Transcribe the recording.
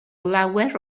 lawer